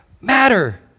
matter